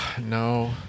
No